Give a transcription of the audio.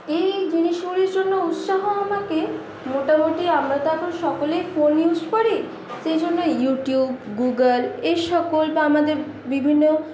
এই জিনিসগুলির জন্য উৎসাহ আমাকে মোটামুটি আমরা তো এখন সকলেই ফোন ইউজ করি সেই জন্য ইউটিউব গুগল এই সকল বা আমাদের বিভিন্ন